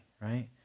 right